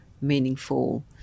meaningful